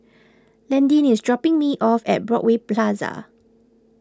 Landyn is dropping me off at Broadway Plaza